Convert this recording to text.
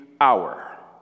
hour